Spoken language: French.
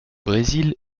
brésil